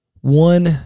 one